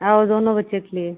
और दोनों बच्चों के लिए